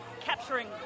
capturing